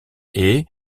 est